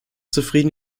zufrieden